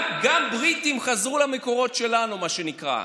גם הבריטים חזרו למקורות שלנו, מה שנקרא.